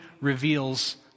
reveals